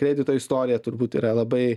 prasme kredito istorija turbūt yra labai